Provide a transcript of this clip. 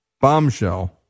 bombshell